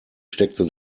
steckte